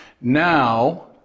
Now